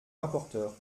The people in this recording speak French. rapporteur